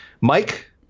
Mike